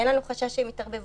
אין לנו חשש שהם יתערבבו,